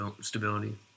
stability